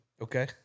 Okay